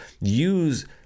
use